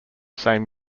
same